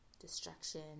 destruction